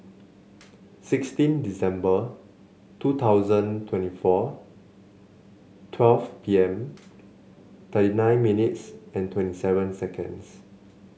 sixteen December two thousand twenty four twelve P M thirty nine minutes and twenty seven seconds